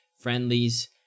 friendlies